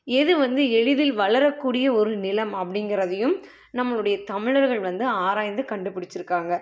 எது வந்து எளிதில் வளரக்கூடிய ஒரு நிலம் அப்படிங்கிறதையும் நம்மளுடைய தமிழர்கள் வந்து ஆராய்ந்து கண்டுபிடிச்சிருக்காங்க